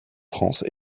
france